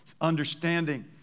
understanding